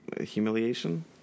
Humiliation